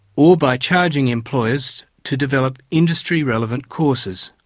or by charging employers to develop industry-relevant courses.